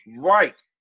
Right